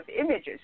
images